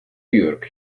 york